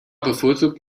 bevorzugt